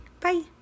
Bye